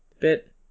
Bit